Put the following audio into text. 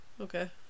Okay